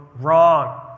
wrong